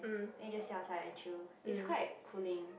then you just sit outside and chill is quite cooling